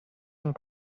yang